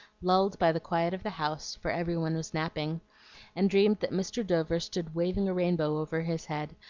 lulled by the quiet of the house for every one was napping and dreamed that mr. dover stood waving a rainbow over his head,